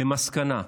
למסקנה,